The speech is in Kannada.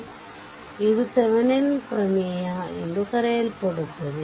ಆದ್ದರಿಂದ ಇದು ಥೆವೆನಿನ್ ಪ್ರಮೇಯThevenin's theorem ಎಂದು ಕರೆಯಲ್ಪಡುತ್ತದೆ